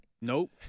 Nope